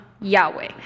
Yahweh